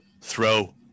throw